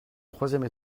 troisième